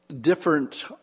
different